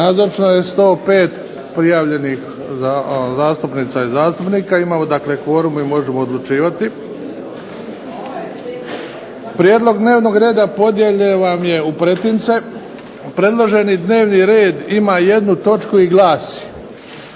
Nazočno je 105 prijavljenih zastupnica i zastupnika. Imamo dakle kvorum i možemo odlučivati. Prijedlog dnevnog reda podijeljen vam je u pretince. Predloženi dnevni red ima jednu točku i glasi: